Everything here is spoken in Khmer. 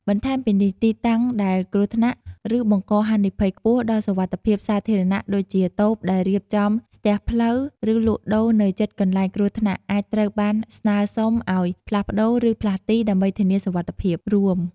បន្ថែមពីនេះ ទីតាំងដែលគ្រោះថ្នាក់ ឬបង្កហានិភ័យខ្ពស់ដល់សុវត្ថិភាពសាធារណៈ ដូចជាតូបដែលរៀបចំស្ទះផ្លូវ ឬលក់ដូរនៅជិតកន្លែងគ្រោះថ្នាក់ អាចត្រូវបានស្នើសុំឱ្យ ផ្លាស់ប្តូរ ឬ ផ្លាស់ទី ដើម្បីធានាសុវត្ថិភាពរួម។